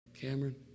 Cameron